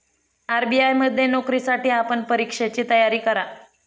RBI मध्ये नोकरीसाठी आपण परीक्षेची तयारी करा